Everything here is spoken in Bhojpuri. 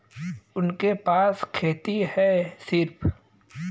उनके पास खेती हैं सिर्फ